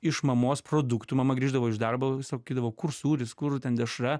iš mamos produktų mama grįždavo iš darbo sakydavo kur sūris kur ten dešra